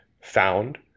found